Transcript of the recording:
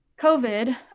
COVID